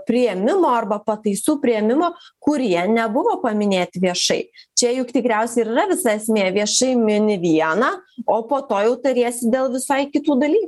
priėmimo arba pataisų priėmimo kurie nebuvo paminėt viešai čia juk tikriausia yra visa esmė viešai mini vieną o po to jau tariesi dėl visai kitų daly